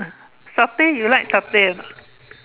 satay you like satay or not